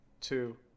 two